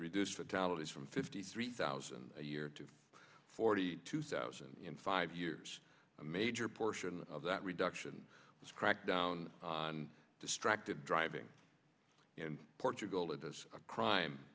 reduced fatalities from fifty three thousand a year to forty two thousand in five years a major portion of that reduction is crack down on distracted driving in portugal is this a crime